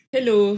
Hello